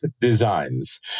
designs